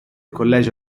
collegio